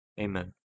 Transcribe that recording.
Amen